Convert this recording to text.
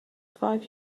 five